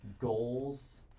goals